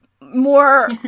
more